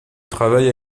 travaille